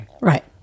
Right